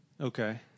Okay